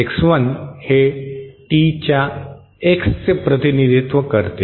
X1 हे T च्या X चे प्रतिनिधित्व करते